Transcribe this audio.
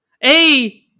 Hey